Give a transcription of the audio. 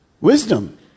wisdom